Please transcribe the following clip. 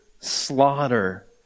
slaughter